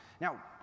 Now